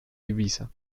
ibiza